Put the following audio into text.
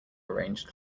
arranged